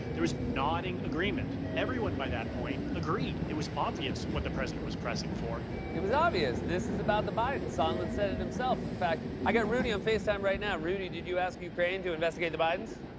there was nodding agreement. everyone by that point agreed. it was obvious what the president was pressing for. it was obvious this is about the bidens. sondland said it himself. in fact, i got rudy on facetime right now. rudy, did you ask ukraine to investigate the bidens?